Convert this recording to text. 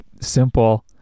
simple